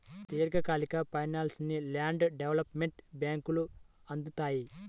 దీర్ఘకాలిక ఫైనాన్స్ను land development బ్యేంకులు అందిత్తాయి